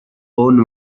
own